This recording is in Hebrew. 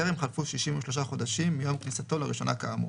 טרם חלפו 63 חודשים מיום כניסתו לראשונה כאמור,